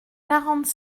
quarante